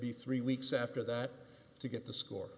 be three weeks after that to get the score